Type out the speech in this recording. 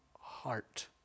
heart